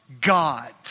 God